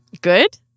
Good